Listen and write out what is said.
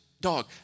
dog